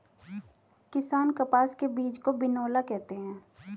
किसान कपास के बीज को बिनौला कहते है